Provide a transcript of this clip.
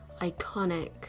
iconic